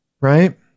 Right